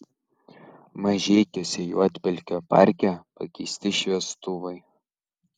mažeikiuose juodpelkio parke pakeisti šviestuvai